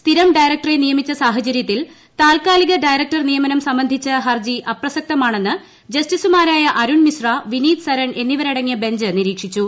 സ്ഥിർ ഡയറക്ടറെ നിയമിച്ച സാഹചര്യത്തിൽ താൽക്കാലിക ഏയറക്ടർ നിയമനം സംബന്ധിച്ച് ഹർജി അപ്രസക്തമാണെന്ന് ജസ്റ്റിസുമാരായ അരുൺ മിശ്ര വിനീത് സരൺ എന്നിവരടങ്ങിയ ബഞ്ച് നിരീക്ഷിച്ചു